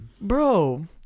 Bro